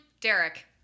Derek